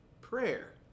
prayer